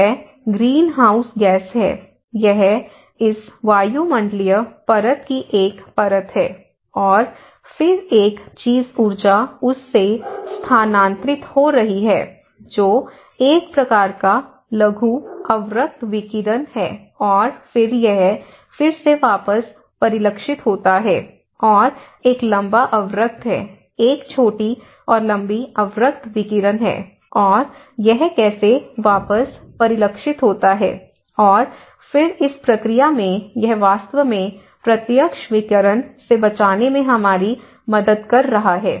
यह greenhouse gas है यह इस वायुमंडलीय परत की एक परत है और फिर एक चीज ऊर्जा इस से स्थानांतरित हो रही है जो एक प्रकार का लघु अवरक्त विकिरण है और फिर यह फिर से वापस परिलक्षित होता है और एक लंबा अवरक्त है एक छोटी और लंबी अवरक्त विकिरण है और यह कैसे वापस परिलक्षित होता है और फिर इस प्रक्रिया में यह वास्तव में प्रत्यक्ष विकिरण से बचाने में हमारी मदद कर रहा है